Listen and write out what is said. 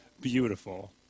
beautiful